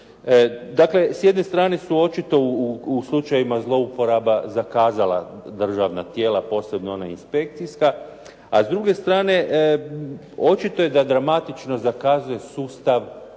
Dakle, s jedne strane su očito u slučajevima zlouporaba zakazala državna tijela, posebno ona inspekcija, a s druge strane očito je da dramatično zakazuje sustav socijalne